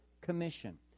Commission